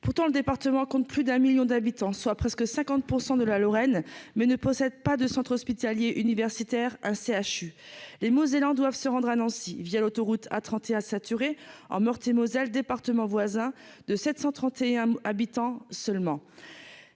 pourtant le département compte plus d'un 1000000 d'habitants, soit presque 50 % de la Lorraine, mais ne possède pas de centre hospitalier universitaire un CHU, les Mosellans doivent se rendre à Nancy, via l'autoroute A31 saturé en Meurthe-et-Moselle, département voisin de 731 habitants seulement